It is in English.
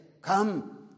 Come